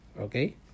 okay